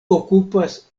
okupas